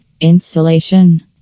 Insulation